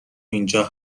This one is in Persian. اینجا